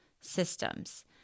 systems